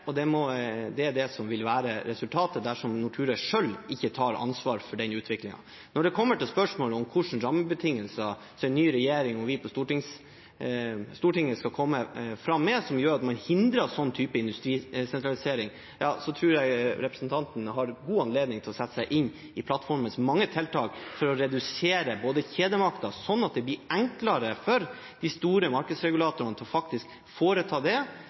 Det er det som vil være resultatet dersom Nortura selv ikke tar ansvar for utviklingen. Når det kommer til spørsmålet om hvilke rammebetingelser som den nye regjeringen og vi på Stortinget skal komme med som gjør at man hindrer den typen industrisentralisering, tror jeg representanten har god anledning til å sette seg inn i plattformens mange tiltak for å redusere kjedemakten, sånn at det blir enklere for de store markedsregulatorene å gjøre det samtidig som de skal tjene penger. Det